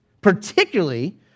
particularly